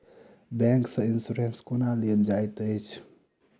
bank सँ insurance केना लेल जाइत अछि